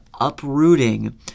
uprooting